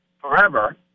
forever